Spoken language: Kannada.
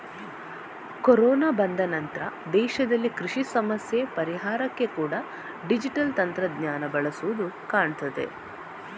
ಕೊರೋನಾ ಬಂದ ನಂತ್ರ ದೇಶದಲ್ಲಿ ಕೃಷಿ ಸಮಸ್ಯೆ ಪರಿಹಾರಕ್ಕೆ ಕೂಡಾ ಡಿಜಿಟಲ್ ತಂತ್ರಜ್ಞಾನ ಬಳಸುದು ಕಾಣ್ತದೆ